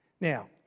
Now